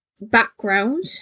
background